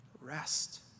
rest